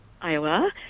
Iowa